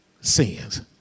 Sins